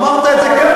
לא אמרתי את זה.